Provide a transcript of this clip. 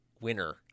winner